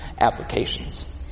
applications